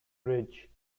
ridge